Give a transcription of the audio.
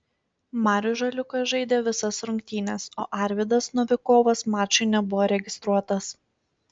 marius žaliūkas žaidė visas rungtynes o arvydas novikovas mačui nebuvo registruotas